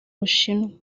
bushinwa